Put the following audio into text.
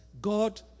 God